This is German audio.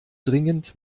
dringend